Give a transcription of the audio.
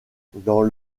dans